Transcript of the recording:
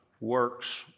works